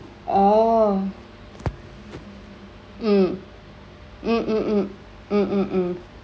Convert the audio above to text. orh mm mm mm mm